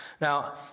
Now